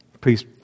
Please